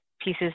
pieces